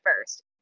first